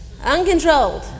uncontrolled